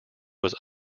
was